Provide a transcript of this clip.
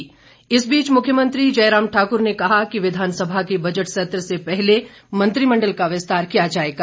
मुख्यमंत्री इस बीच मुख्यमंत्री जयराम ठाकुर ने कहा कि विधानसभा के बजट सत्र से पहले मंत्रिमंडल का विस्तार किया जाएगा